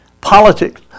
Politics